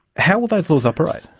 how will those laws operate?